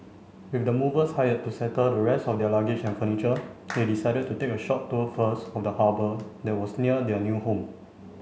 with the movers hired to settle the rest of their luggage and furniture they decided to take a short tour first of the harbour that was near their new home